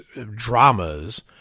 dramas